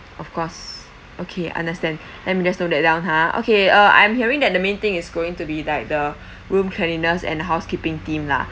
of course okay understand let me just note that down ha okay uh I'm hearing that the main thing is going to be like the room cleanliness and housekeeping team lah